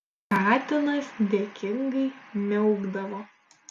katinas dėkingai miaukdavo